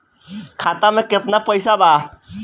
खाता में केतना पइसा बा?